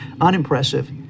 unimpressive